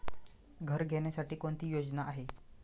घर घेण्यासाठी कोणती योजना आहे?